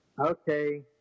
okay